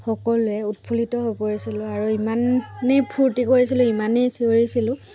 সকলোৱে উৎফুল্লিত হৈ পৰিছিলোঁ আৰু ইমানেই ফূৰ্তি কৰিছিলোঁ ইমানেই চিঞৰিছিলোঁ